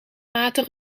maten